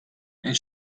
and